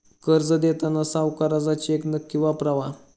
कर्ज देताना सावकाराचा चेक नक्की वापरावा